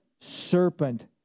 serpent